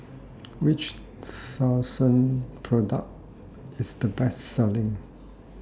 Which Selsun Product IS The Best Selling